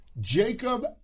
Jacob